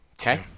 okay